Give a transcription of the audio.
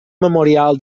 memorial